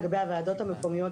לגבי הוועדות המקומיות,